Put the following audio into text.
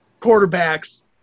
quarterbacks